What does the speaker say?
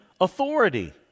authority